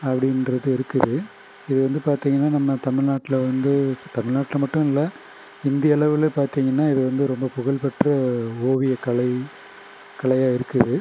அப்படின்றது இருக்குது இது வந்து பார்த்திங்கனா நம்ம தமிழ்நாட்டில் வந்து ஸ் தமிழ்நாட்டில் மட்டும் இல்லை இந்தியளவில் பார்த்திங்கனா இது வந்து ரொம்ப புகழ்பெற்ற ஓவியக்கலை கலையாக இருக்குது